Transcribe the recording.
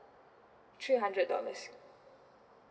three hundred dollars